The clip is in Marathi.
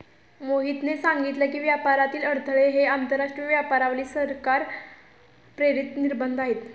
मोहितने सांगितले की, व्यापारातील अडथळे हे आंतरराष्ट्रीय व्यापारावरील सरकार प्रेरित निर्बंध आहेत